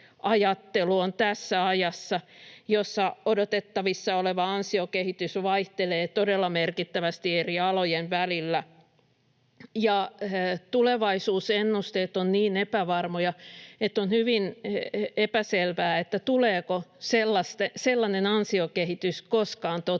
vanhentunut tässä ajassa, jossa odotettavissa oleva ansiokehitys vaihtelee todella merkittävästi eri alojen välillä ja tulevaisuusennusteet ovat niin epävarmoja, että on hyvin epäselvää, tuleeko sellainen ansiokehitys koskaan toteutumaan,